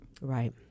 Right